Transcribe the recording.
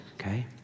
Okay